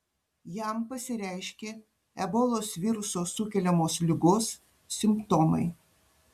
jam pasireiškė ebolos viruso sukeliamos ligos simptomai